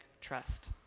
trust